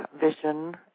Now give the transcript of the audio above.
vision